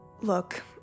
Look